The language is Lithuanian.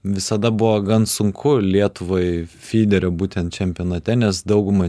visada buvo gan sunku lietuvai fiderio būtent čempionate nes dauguma